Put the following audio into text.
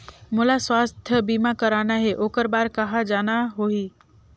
मोला स्वास्थ बीमा कराना हे ओकर बार कहा जाना होही?